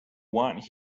want